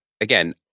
again